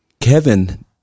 Kevin